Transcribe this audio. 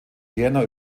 vienna